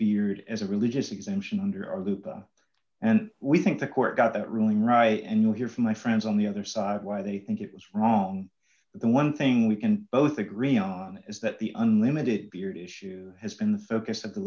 beard as a religious exemption under our group and we think the court got that ruling right and you'll hear from my friends on the other side why they think it was wrong but the one thing we can both agree on is that the unlimited beard issue has been the focus of